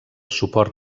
suport